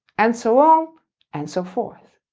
and so on and so forth.